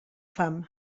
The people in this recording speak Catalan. fam